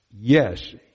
yes